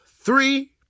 three